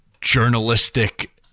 journalistic